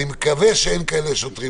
אני מקווה שאין כאלה שוטרים